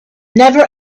never